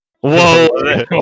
Whoa